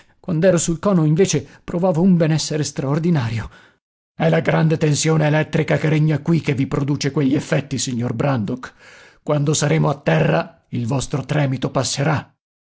quand'ero sul cono invece provavo un benessere straordinario è la grande tensione elettrica che regna qui che vi produce quegli effetti signor brandok quando saremo a terra il vostro tremito passerà